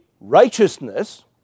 righteousness